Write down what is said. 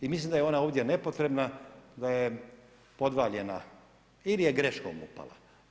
I mislim da je ona ovdje nepotrebna, da je podvaljena ili je greškom upala.